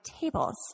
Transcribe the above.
tables